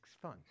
fun